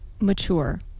mature